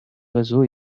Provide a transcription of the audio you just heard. oiseaux